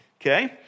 okay